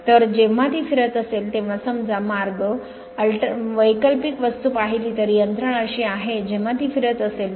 तर जेव्हा ती फिरत असेल तेव्हा समजा मार्ग वैकल्पिक वस्तू पाहिली तर यंत्रणा अशी आहे जेव्हा ती फिरत असेल